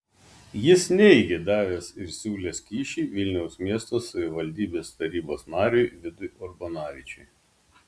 jis neigė davęs ir siūlęs kyšį vilniaus miesto savivaldybės tarybos nariui vidui urbonavičiui